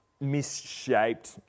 misshaped